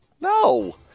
No